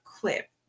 clip